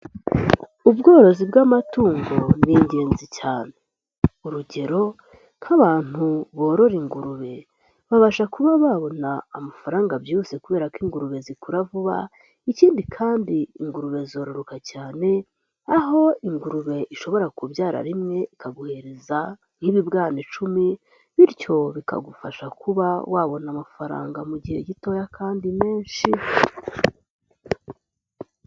Ubworozi bw'amatungo ni ingenzi cyane. Urugero nk'abantu borora ingurube babasha kuba babona amafaranga byihuse kubera ko ingurube zikura vuba, ikindi kandi ingurube zororoka cyane aho ingurube ishobora kubyara rimwe ikaguhereza nk'ibibwana icumi bityo bikagufasha kuba wabona amafaranga mu gihe gitoya kandi menshi.